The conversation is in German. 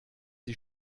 sie